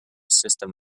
system